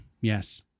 Yes